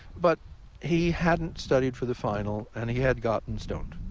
but he hadn't studied for the final. and he had gotten stoned.